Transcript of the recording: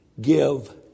give